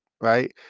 Right